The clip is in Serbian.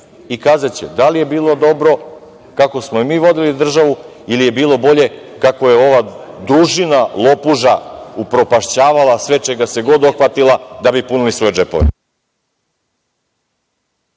I kazaće da li je bilo dobro kako smo mi vodili državu ili je bilo bolje kako je ova družina lopuža upropašćavala sve čega se god dohvatila, da bi punili svoje džepove.